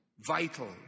vital